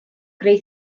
greu